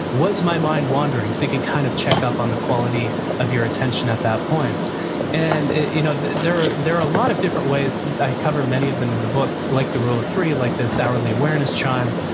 was my mind wandering? you can kind of check up on the quality of your attention at that point and you know there are a ah lot of different ways, i cover many of them in the book, like the rule of three, like this hourly awareness chime,